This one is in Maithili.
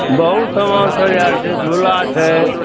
बहुत समान सब आयल छै झूला छै